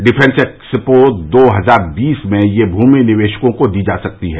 defence expo दो हजार बीस में यह भूमि निवेशकों को दी जा सकती है